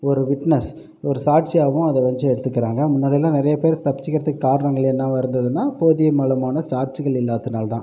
ஒரு விட்னஸ் ஒரு சாட்சியாகவும் அதை வச்சு எடுத்துக்கறாங்க முன்னாடிலாம் நிறைய பேர் தப்ச்சிக்கிறதுக்கு காரணங்கள் என்னவா இருந்துதுன்னா போதியமலமான சாட்சிகள் இல்லாததுனால தான்